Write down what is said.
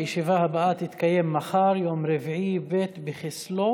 הישיבה הבאה תתקיים מחר, יום רביעי, ב' בכסלו